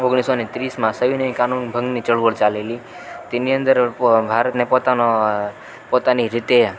ઓગણીસસો ને ત્રીસમાં સવિનય કાનૂન ભંગની ચળવળ ચાલેલી તેની અંદર ભારતને પોતાનો પોતાની રીતે